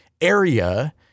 area